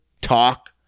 talk